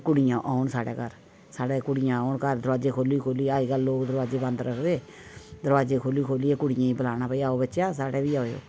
कुड़ियां औन साढ़े घर साढ़े कुड़ियां औन घर दरोआजे खोली खोली ते अज्जकल लोक दरोआजे बंद रक्खदे ते दरोआजे खोली खोली कुड़ियें गी बलाना की आओ बच्चा साढ़े बी आयो